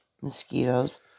mosquitoes